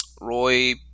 Roy